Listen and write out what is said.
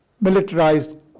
militarized